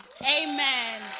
Amen